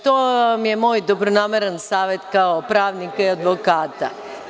To vam je moj dobronamerni savet kao pravnika i advokata.